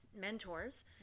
mentors